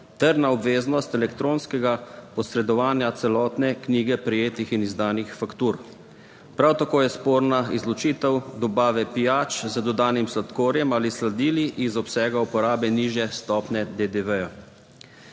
ter na obveznost elektronskega posredovanja celotne knjige prejetih in izdanih faktur. Prav tako je sporna izločitev dobave pijač z dodanim sladkorjem ali sledili iz obsega uporabe nižje stopnje DDV.